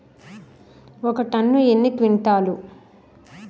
ఒక టన్ను ఎన్ని క్వింటాల్లు?